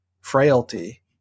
frailty